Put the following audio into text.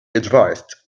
advised